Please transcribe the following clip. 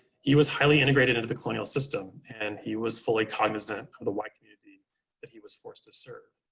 he was highly integrated into the colonial system, and he was fully cognizant of the white community that he was forced to serve.